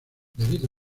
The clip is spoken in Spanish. debido